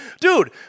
Dude